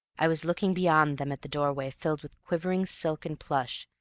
i was looking beyond them at the doorway filled with quivering silk and plush,